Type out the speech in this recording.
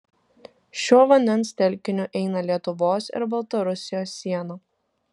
šiuo vandens telkiniu eina lietuvos ir baltarusijos siena